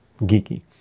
geeky